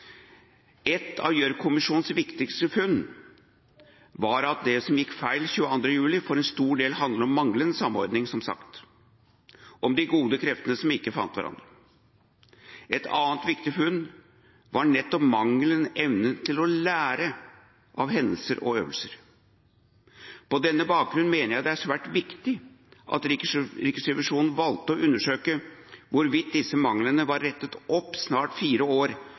Et av Gjørv-kommisjonens viktigste funn var at det som gikk feil 22. juli 2011 for en stor del handlet om manglende samordning. Om de gode kreftene som ikke fant hverandre. Et annet viktig funn var nettopp manglende evne til å ta lærdom av hendelser og øvelser. På denne bakgrunn mener flertallet det er svært viktig at Riksrevisjonen valgte å undersøke hvorvidt disse manglene var rettet opp snart 4 år